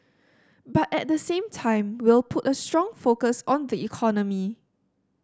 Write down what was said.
but at the same time we'll put a strong focus on the economy